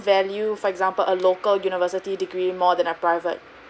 value for example a local university degree more than a private